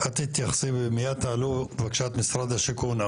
מייד תעלו בבקשה את משרד השיכון,